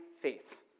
faith